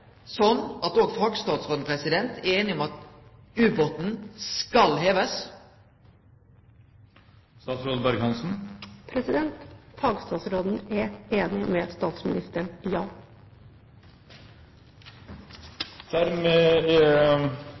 at òg fagstatsråden er einig i at u-båten skal hevast? Fagstatsråden er enig med statsministeren. Ja. Med